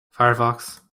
firefox